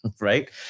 right